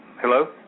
Hello